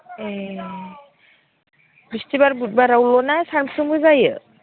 ए बिस्तिबार बुदबारावल' ना सानफ्रामबो जायो